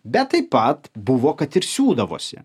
bet taip pat buvo kad ir siūdavosi